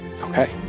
okay